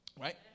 right